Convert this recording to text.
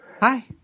Hi